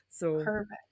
Perfect